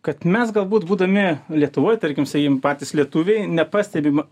kad mes galbūt būdami lietuvoj tarkim sakykim patys lietuviai nepastebim